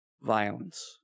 Violence